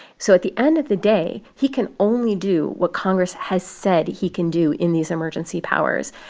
so at the end of the day, he can only do what congress has said he can do in these emergency powers.